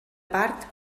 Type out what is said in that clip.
part